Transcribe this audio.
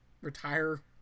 retire